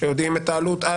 שיודעים את העלות,